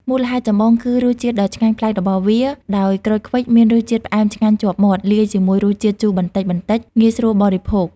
មូលហេតុចម្បង គឺ រសជាតិដ៏ឆ្ងាញ់ប្លែក របស់វា ដោយក្រូចឃ្វិចមានរសជាតិផ្អែមឆ្ងាញ់ជាប់មាត់ លាយជាមួយរសជាតិជូរបន្តិចៗ ងាយស្រួលបរិភោគ។